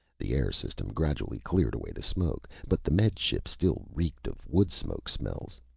the air system gradually cleared away the smoke, but the med ship still reeked of wood-smoke smells.